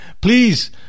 Please